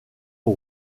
aux